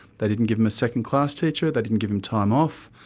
they didn't give him a second class teacher, they didn't give him time off,